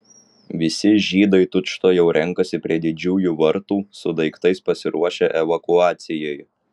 visi žydai tučtuojau renkasi prie didžiųjų vartų su daiktais pasiruošę evakuacijai